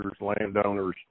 landowners